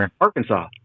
Arkansas